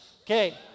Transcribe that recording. Okay